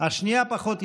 השנייה פחות ידועה: